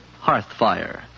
Hearthfire